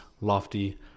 lofty